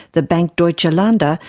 the bank deutscher lander,